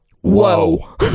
whoa